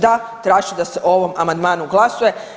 Da, tražit ću da se o ovom amandmanu glasuje.